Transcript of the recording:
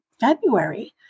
February